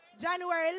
January